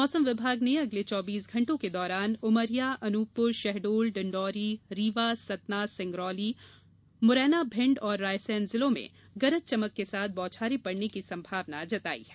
मौसम विभाग ने अगले चौबीस घण्टों के दौरान उमरिया अनूपपुर शहडोल डिण्डौरी रीवा सतना सिंगरौली मुरैना भिण्ड और रायसेन जिलों में गरज चमक के साथ बौछारें पड़ने की संभावना जताई है